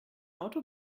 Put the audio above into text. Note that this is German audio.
auto